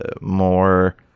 more